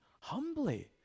humbly